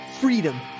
freedom